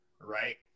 right